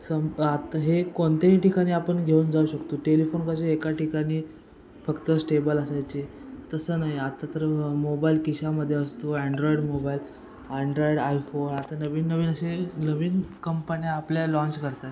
सम आता हे कोणतेही ठिकाणी आपण घेऊन जाऊ शकतो टेलिफोन कसे एका ठिकाणी फक्त स्टेबल असायचे तसं नाही आता तर मोबाईल खिशामध्ये असतो अँड्रॉईड मोबाईल अँड्रॉईड आयफोन आता नवीन नवीन असे नवीन कंपन्या आपल्या लाँच करत आहेत